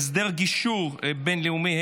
(הסדר גישור בין-לאומי),